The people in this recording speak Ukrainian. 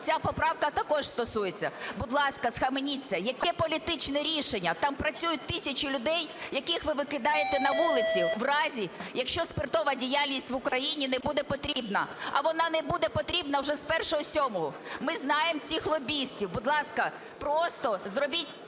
ця поправка також стосується. Будь ласка, схаменіться! Яке політичне рішення? Там працюють тисячі людей, яких ви викидаєте на вулицю, в разі якщо спиртова діяльність в Україні не буде потрібна. А вона не буде потрібна вже з 01.07. Ми знаємо цих лобістів. Будь ласка, просто зробіть